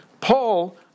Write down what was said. Paul